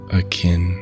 akin